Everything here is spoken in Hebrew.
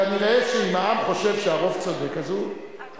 על זה, כשתתקוף אותו, הוא ישיב לך.